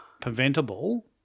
preventable